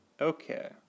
Okay